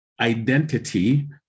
identity